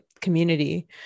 community